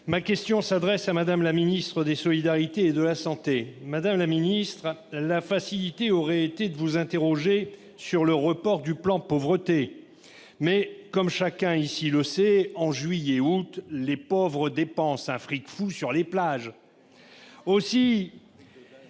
Ma question s'adresse à Mme la ministre des solidarités et de la santé. Madame la ministre, la facilité aurait été de vous interroger sur le report du plan Pauvreté. Mais, comme chacun ici le sait, en juillet-août, les pauvres dépensent un fric fou sur les plages